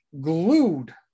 glued